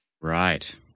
Right